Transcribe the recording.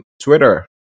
Twitter